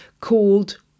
called